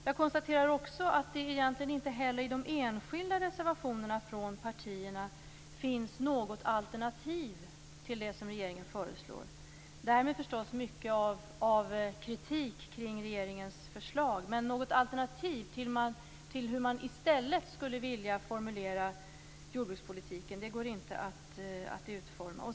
Jag konstaterar också att det egentligen inte heller i de enskilda reservationerna från partierna finns något alternativ till det som regeringen föreslår. Däremot finns förstås mycket kritik av regeringens förslag. Men något alternativ till hur man i stället skulle vilja formulera jordbrukspolitiken går inte att utröna.